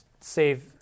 save